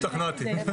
את ידו?